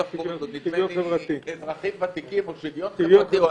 נדמה לי אזרחים ותיקים או שוויון חברתי.